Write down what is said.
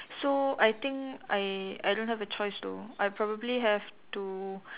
so I think I I don't have a choice though I probably have to